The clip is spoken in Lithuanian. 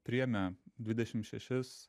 priėmė dvidešim šešis